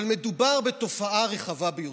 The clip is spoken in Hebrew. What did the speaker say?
אבל מדובר בתופעה רחבה ביותר,